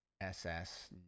SS